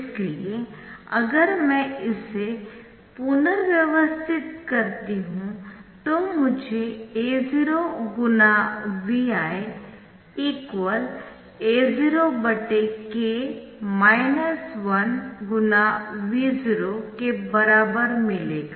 इसलिए अगर मैं इसे पुनर्व्यवस्थित करती हूं तो मुझे A0×Vi A0 k 1×V0 के बराबर मिलेगा